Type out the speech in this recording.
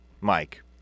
Mike –